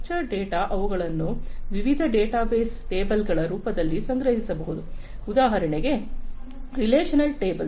structured data ಅವುಗಳನ್ನು ವಿವಿಧ ಡೇಟಾಬೇಸ್ಗಳಲ್ಲಿ ಟೇಬಲ್ಗಳ ರೂಪದಲ್ಲಿ ಸಂಗ್ರಹಿಸಬಹುದು ಉದಾಹರಣೆಗೆ ರಿಲೇಶನಲ್ ಟೇಬಲ್ಸ್